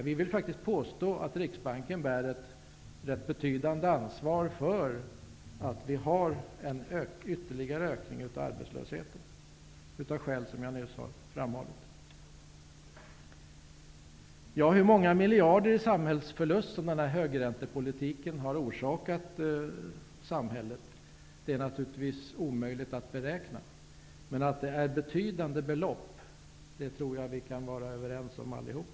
Vi vill faktiskt påstå att Riksbanken bär ett rätt betydande ansvar för att vi har en ytterligare ökning av arbetslösheten av skäl som jag nyss har framhållit. Hur många miljarder i samhällsförlust som den här högräntepolitiken har orsakat är naturligtvis omöjligt att beräkna, men att det är betydande belopp tror jag att vi kan vara överens om allihop.